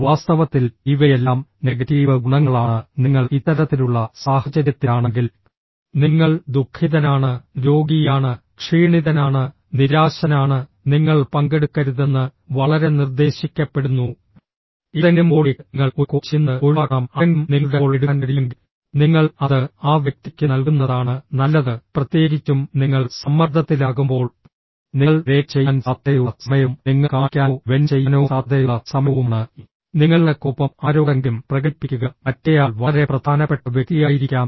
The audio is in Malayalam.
വാസ്തവത്തിൽ ഇവയെല്ലാം നെഗറ്റീവ് ഗുണങ്ങളാണ് നിങ്ങൾ ഇത്തരത്തിലുള്ള സാഹചര്യത്തിലാണെങ്കിൽ നിങ്ങൾ ദുഃഖിതനാണ് രോഗിയാണ് ക്ഷീണിതനാണ് നിരാശനാണ് നിങ്ങൾ പങ്കെടുക്കരുതെന്ന് വളരെ നിർദ്ദേശിക്കപ്പെടുന്നു ഏതെങ്കിലും കോളിലേക്ക് നിങ്ങൾ ഒരു കോൾ ചെയ്യുന്നത് ഒഴിവാക്കണം ആരെങ്കിലും നിങ്ങളുടെ കോൾ എടുക്കാൻ കഴിയുമെങ്കിൽ നിങ്ങൾ അത് ആ വ്യക്തിക്ക് നൽകുന്നതാണ് നല്ലത് പ്രത്യേകിച്ചും നിങ്ങൾ സമ്മർദ്ദത്തിലാകുമ്പോൾ നിങ്ങൾ ബ്രേക്ക് ചെയ്യാൻ സാധ്യതയുള്ള സമയവും നിങ്ങൾ കാണിക്കാനോ വെൻ്റ് ചെയ്യാനോ സാധ്യതയുള്ള സമയവുമാണ് നിങ്ങളുടെ കോപം ആരോടെങ്കിലും പ്രകടിപ്പിക്കുക മറ്റേയാൾ വളരെ പ്രധാനപ്പെട്ട വ്യക്തിയായിരിക്കാം